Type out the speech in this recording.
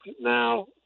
now